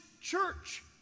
church